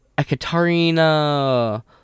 Ekaterina